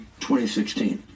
2016